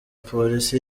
polisi